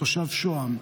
תושב שוהם,